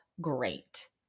great